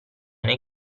nei